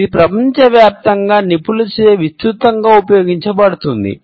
ఇది ప్రపంచవ్యాప్తంగా నిపుణులచే విస్తృతంగా ఉపయోగించబడుతోంది